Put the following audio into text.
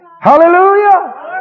Hallelujah